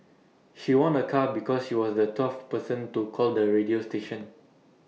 she won A car because she was the twelfth person to call the radio station